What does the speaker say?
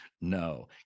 No